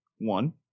one